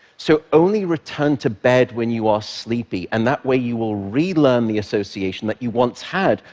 so only return to bed when you are sleepy, and that way you will relearn the association that you once had,